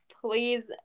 please